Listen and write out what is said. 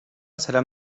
seran